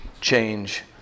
change